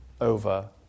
over